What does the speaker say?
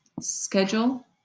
schedule